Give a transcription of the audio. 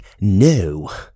No